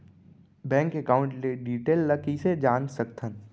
Bank account के detail ल कइसे जान सकथन?